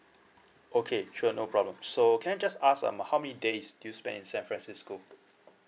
okay sure no problem so can I just ask um how many days do you spend in san francisco